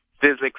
physics